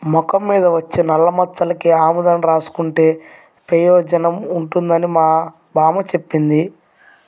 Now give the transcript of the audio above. మొఖం మీద వచ్చే నల్లమచ్చలకి ఆముదం రాసుకుంటే పెయోజనం ఉంటదని మా బామ్మ జెప్పింది